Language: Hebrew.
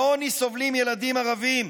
מעוני סובלים ילדים ערבים.